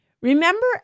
Remember